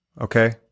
Okay